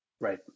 Right